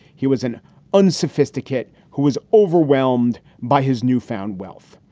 he was an unsophisticated who was overwhelmed by his newfound wealth.